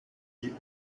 die